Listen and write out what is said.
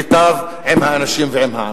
ייטב לאנשים ולעם.